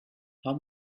how